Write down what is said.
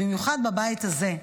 במיוחד בבית הזה.